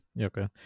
Okay